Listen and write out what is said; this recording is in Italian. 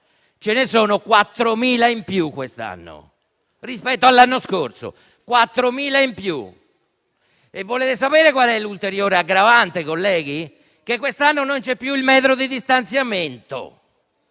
Ce ne sono 4.000 in più quest'anno rispetto all'anno scorso. Volete sapere qual è l'ulteriore aggravante, colleghi? Che quest'anno non c'è più il metro di distanziamento.